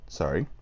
sorry